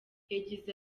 yagize